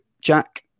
Jack